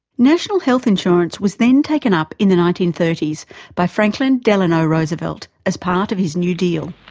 national health insurance was then taken up in the nineteen thirty s by franklin delano roosevelt as part of his new deal.